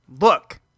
Look